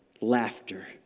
laughter